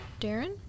Darren